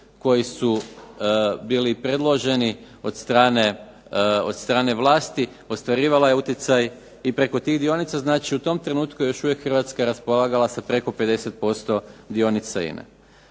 koji su bili predloženi od strane vlasti, ostvarivala je utjecaj i preko tih dionica. Znači u tom trenutku još uvijek Hrvatska raspolagala sa preko 50% dionica INA-e.